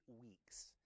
weeks